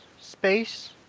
space